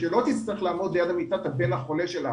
שלא תצטרך לעמוד ליד מיטת הבן החולה שלה